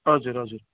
हजुर हजुर